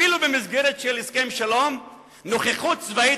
אפילו במסגרת של הסכם שלום נוכחות צבאית